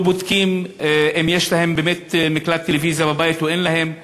לא בודקים אם יש להם באמת מקלט טלוויזיה בבית או אין להם,